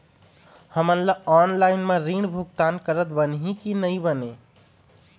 हमन ला ऑनलाइन म ऋण भुगतान करत बनही की नई बने?